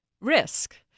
Risk